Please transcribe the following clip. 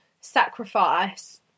sacrifice